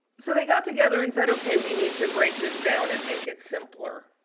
so, they got together and said okay we need to break this down and make it simpler.